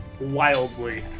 wildly